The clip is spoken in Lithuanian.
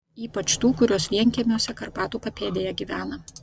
ypač tų kurios vienkiemiuose karpatų papėdėje gyvena